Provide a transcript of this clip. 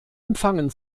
empfangen